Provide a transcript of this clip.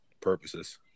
purposes